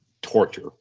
torture